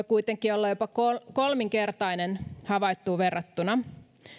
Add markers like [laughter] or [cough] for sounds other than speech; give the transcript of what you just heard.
[unintelligible] kuitenkin olla jopa kolminkertainen havaittuun verrattuna